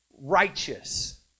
righteous